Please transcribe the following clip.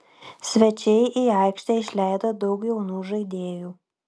svečiai į aikštę išleido daug jaunų žaidėjų